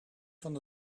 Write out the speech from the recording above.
van